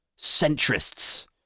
centrists